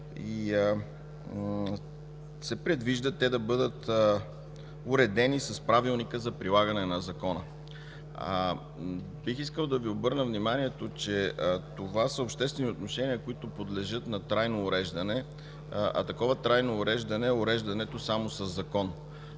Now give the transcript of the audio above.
и се предвижда те да бъдат уредени с Правилника за прилагане на Закона. Бих искал да Ви обърна внимание, че това са обществени отношения, които подлежат на трайно уреждане, а такова трайно уреждане е уреждането само със закон.